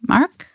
Mark